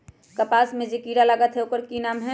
कपास में जे किरा लागत है ओकर कि नाम है?